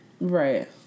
Right